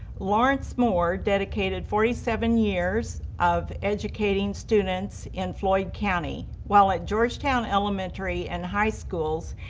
lawrence moore dedicated forty seven years of educating students in floyd county, while at georgetown elementary and high schools,